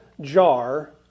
jar